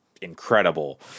incredible